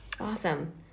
awesome